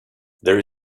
there